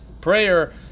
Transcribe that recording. prayer